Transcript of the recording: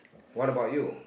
what about you